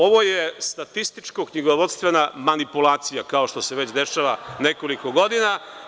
Ovo je statističko-knjigovodstvena manipulacija, kao što se već dešava nekoliko godina.